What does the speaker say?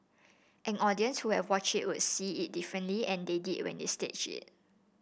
an audience who had watched it would see it differently and they did when we staged it